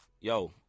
yo